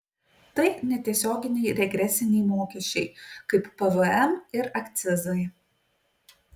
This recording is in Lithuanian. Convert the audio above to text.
tai netiesioginiai regresiniai mokesčiai kaip pvm ir akcizai